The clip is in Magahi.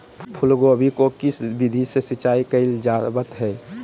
फूलगोभी को किस विधि से सिंचाई कईल जावत हैं?